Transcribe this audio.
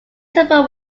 support